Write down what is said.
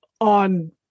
on